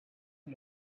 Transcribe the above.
and